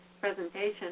presentation